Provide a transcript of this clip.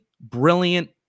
brilliant